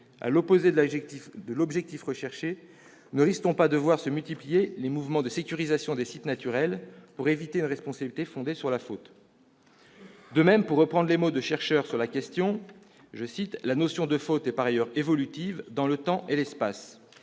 À l'opposé de l'objectif, ne risque-t-on pas de voir se multiplier des mouvements de sécurisation des sites naturels pour éviter une telle responsabilité ? De même, pour reprendre les mots de chercheurs sur la question, « la notion de faute est par ailleurs évolutive dans le temps et l'espace :